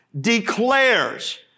declares